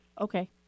Okay